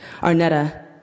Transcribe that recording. Arnetta